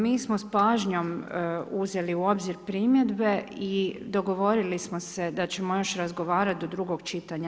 Mi smo s pažnjom uzeli u obzir primjedbe i dogovorili smo se da ćemo još razgovarati do drugog čitanja.